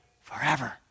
forever